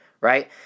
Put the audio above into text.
right